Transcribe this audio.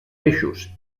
peixos